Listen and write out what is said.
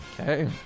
Okay